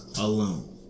Alone